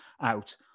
out